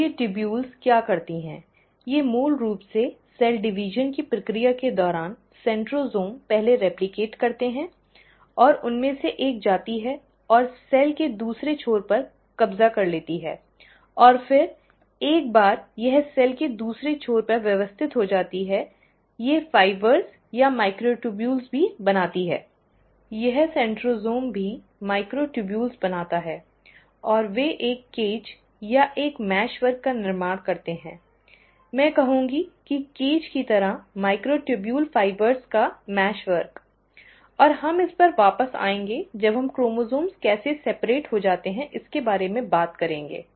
तो ये नलिकाएं क्या करती हैं कि ये मूल रूप से कोशिका विभाजन की प्रक्रिया के दौरान सेंट्रोसोम पहले रिप्लकेट करते हैं और उनमें से एक जाती है और कोशिका के दूसरे छोर पर कब्जा कर लेती है और फिर एक बार यह कोशिका के दूसरे छोर पर व्यवस्थित हो जाती है ये रेशे या माइक्रोट्यूबुल्स भी बनाती हैं यह सेंट्रोसोम भी माइक्रोट्यूबुल्स बनाता है और वे एक पिंजरे या एक जाल कार्य का निर्माण करते हैं मैं कहूंगी कि पिंजरे की तरह माइक्रोट्यूबुल फाइबर का जाल कार्य और हम इस पर वापस आएंगे जब हम क्रोमोसोम्स कैसे अलग हो जाते हैं इसके बारे में बात करेंगे